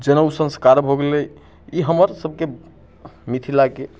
जनउ संस्कार भऽ गेलै ई हमर सबकेँ मिथिलाके